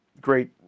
great